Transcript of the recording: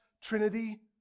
Trinity